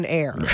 air